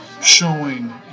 showing